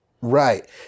Right